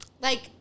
Like-